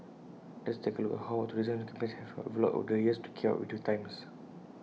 let's take A look at how our tourism campaigns have evolved over the years to keep up with the times